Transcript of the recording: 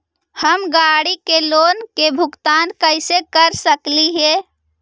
हम गाड़ी के लोन के भुगतान कैसे कर सकली हे?